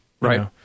right